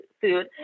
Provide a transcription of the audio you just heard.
food